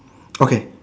okay